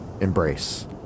embrace